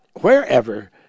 wherever